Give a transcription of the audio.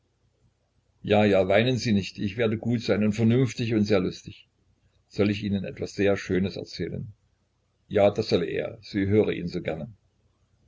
ja ja weinen sie nicht ich werde gut sein und vernünftig und sehr lustig soll ich ihnen etwas sehr schönes erzählen ja das solle er sie höre ihn so gerne